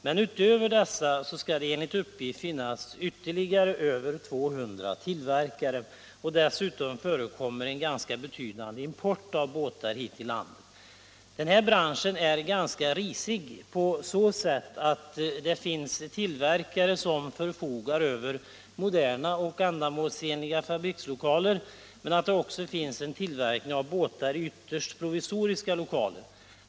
Men = av fritidsbåtsbranutöver dessa skall det enligt uppgift finnas ytterligare över 200 tillverkare, — schen och dessutom förekommer en ganska betydande import av båtar hit till landet. Den här branschen är ganska risig. Det finns tillverkare som förfogar över moderna och ändamålsenliga fabrikslokaler, men det finns också en tillverkning av båtar i ytterst provisoriska lokaler.